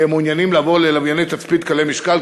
כי הם מעוניינים לעבור ללווייני תצפית קלי-משקל,